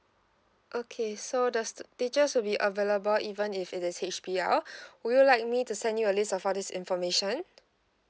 okay so the stu~ teachers will be available even if it is H_B_L would you like me to send you a list of all this information